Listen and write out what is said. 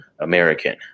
american